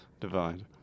divide